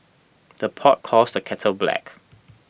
the pot calls the kettle black